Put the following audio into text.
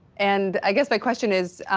and i guess my question is,